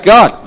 God